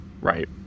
right